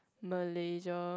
Malaysia